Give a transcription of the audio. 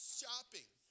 shopping